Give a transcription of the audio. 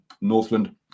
Northland